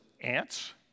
ants